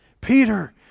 Peter